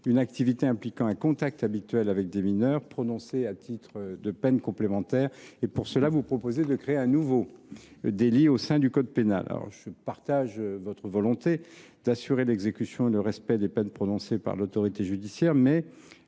une activité impliquant un contact habituel avec des mineurs, prononcée à titre de peine complémentaire. Pour ce faire, vous proposez de créer un nouveau délit au sein du code pénal. Si je partage votre volonté d’assurer l’exécution et le respect des peines prononcées par l’autorité judiciaire,